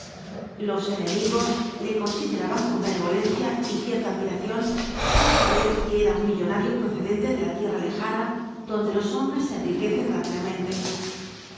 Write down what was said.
los enemigos le consideraban con benevolencia y cierta admiración al saber que era un millonario procedente de la tierra lejana donde los hombres se enriquecen rápidamente